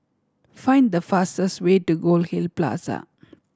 find the fastest way to Goldhill Plaza